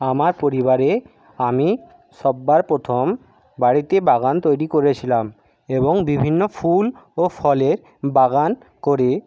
আমার পরিবারে আমি সব্বার প্রথম বাড়িতে বাগান তৈরি করেছিলাম এবং বিভিন্ন ফুল ও ফলের বাগান করি